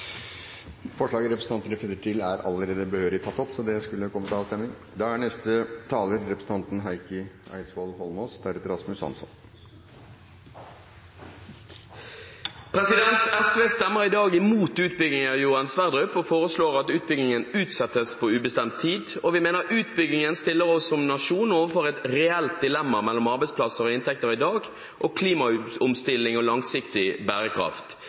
Forslaget representanten refererer til, er allerede behørig tatt opp, så det vil komme til avstemning. SV stemmer i dag imot utbyggingen av Johan Sverdrup og foreslår at utbyggingen utsettes på ubestemt tid, og vi mener utbyggingen stiller oss som nasjon overfor et reelt dilemma mellom arbeidsplasser og inntekter i dag og klimaomstilling og langsiktig bærekraft.